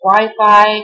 Wi-Fi